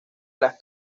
las